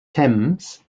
thames